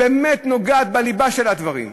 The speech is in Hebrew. באמת נוגעת בליבה של הדברים,